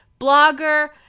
blogger